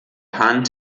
hand